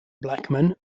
blackman